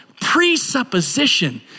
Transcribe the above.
presupposition